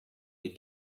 les